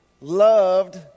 loved